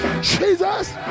Jesus